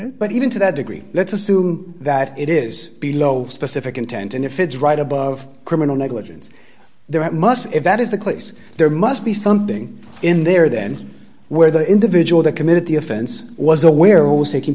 it but even to that degree let's assume that it is below specific intent and if it's right above criminal negligence there at must if that is the case there must be something in there then where the individual that committed the offense was aware what was taking